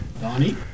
Donnie